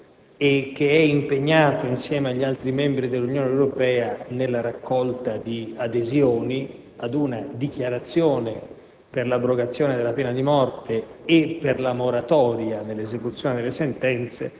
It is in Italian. ne sostiene l'abrogazione e che è impegnato, insieme agli altri membri dell'Unione Europea, nella raccolta di adesioni ad una dichiarazione